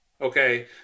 okay